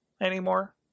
anymore